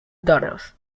daughters